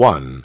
One